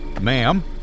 Ma'am